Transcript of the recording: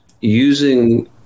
using